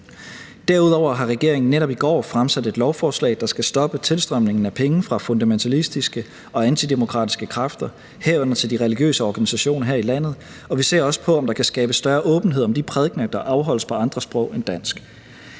Derudover har regeringen netop i går fremsat et lovforslag, der skal stoppe tilstrømningen af penge fra fundamentalistiske og antidemokratiske kræfter, herunder til de religiøse organisationer her i landet, og vi ser også på, om der kan skabes større åbenhed om de prædikener, der afholdes på andre sprog end dansk.